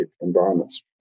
environments